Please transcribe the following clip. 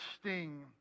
sting